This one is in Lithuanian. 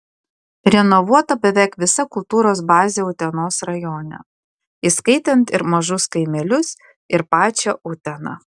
renovuota beveik visa kultūros bazė utenos rajone įskaitant ir mažus kaimelius ir pačią uteną